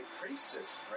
Priestess